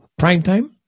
primetime